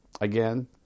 again